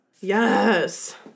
Yes